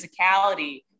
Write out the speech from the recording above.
physicality